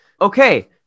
Okay